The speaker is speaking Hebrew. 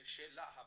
לשאלה הבאה: